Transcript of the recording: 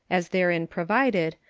as therein provided,